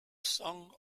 song